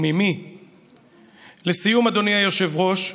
לסיום, אדוני היושב-ראש,